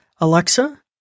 Alexa